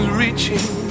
reaching